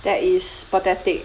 that is pathetic